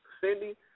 Cindy